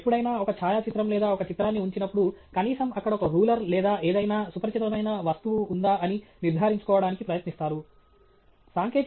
మీరు ఎప్పుడైనా ఒక ఛాయాచిత్రం లేదా ఒక చిత్రాన్ని ఉంచినప్పుడు కనీసం అక్కడ ఒక రూలర్ లేదా ఏదైనా సుపరిచితమైన వస్తువు ఉందా అని నిర్ధారించుకోవడానికి ప్రయత్నిస్తారు